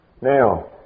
Now